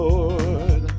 Lord